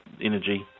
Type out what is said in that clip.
energy